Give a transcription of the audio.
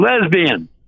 lesbian